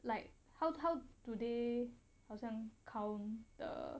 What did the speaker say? like how how do they 好像 count the